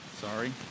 sorry